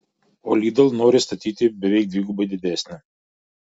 o lidl nori statyti beveik dvigubai didesnę